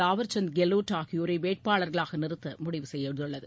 Tawar Chand Gehlot ஆகியோரை வேட்பாளர்களாக நிறுத்த முடிவு செய்துள்ளது